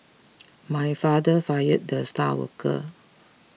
my father fired the star worker